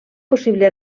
possible